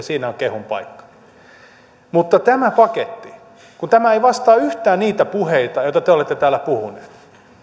siinä on kehun paikka mutta tämä paketti ei vastaa yhtään niitä puheita joita te te olette täällä puhuneet